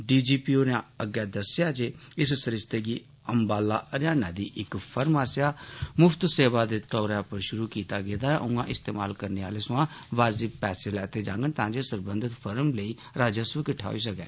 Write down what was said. DGP होरें अग्गै दस्सेआ जे इस सरिस्ते गी अम्बाला हरियाणा दी फर्म आस्सेआ मुफ्त सेवा दे तोरे उप्पर शुरू कीता गेआ ऐ उआं इस्तमाल करने आले थमां वाजिब पैसे लैते जांगन तां जे सरबंधत फर्म लेई राजस्व किट्ठा होई सकै